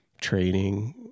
training